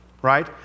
Right